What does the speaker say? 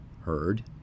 heard